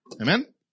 Amen